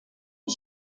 连续剧